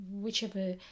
whichever